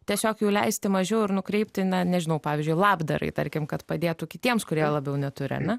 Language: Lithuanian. tiesiog jų leisti mažiau ir nukreipti na nežinau pavyzdžiui labdarai tarkim kad padėtų kitiems kurie labiau neturi ar ne